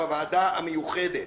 בוועדה המיוחדת.